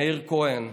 מאיר כהן,